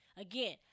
Again